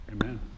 Amen